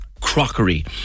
crockery